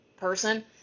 person